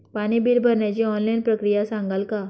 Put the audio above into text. पाणी बिल भरण्याची ऑनलाईन प्रक्रिया सांगाल का?